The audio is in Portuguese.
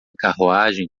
carruagem